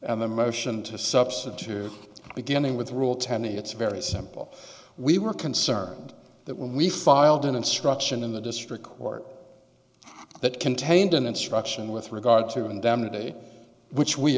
and the motion to substitute beginning with rule ten it's very simple we were concerned that when we filed an instruction in the district court that contained an instruction with regard to indemnity which we